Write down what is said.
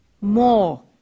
more